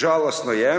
Žalostno je,